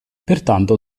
pertanto